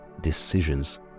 decisions